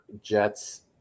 Jets